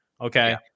okay